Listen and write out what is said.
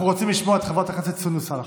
אנחנו רוצים לשמוע את חברת הכנסת סונדוס סאלח.